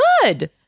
Good